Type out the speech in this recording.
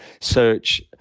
search